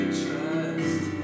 trust